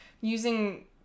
using